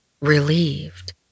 relieved